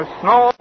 snow